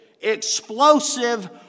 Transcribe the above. explosive